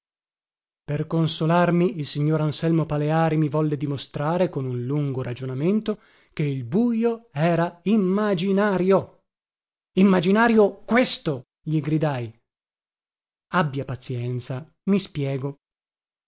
per consolarmi il signor anselmo paleari mi volle dimostrare con un lungo ragionamento che il bujo era immaginario immaginario questo gli gridai abbia pazienza mi spiego